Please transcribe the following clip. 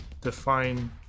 define